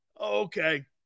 Okay